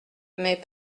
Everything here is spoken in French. mais